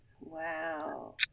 Wow